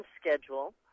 schedule